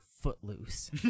Footloose